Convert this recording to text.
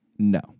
No